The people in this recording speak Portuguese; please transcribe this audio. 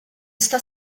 está